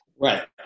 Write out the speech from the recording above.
Right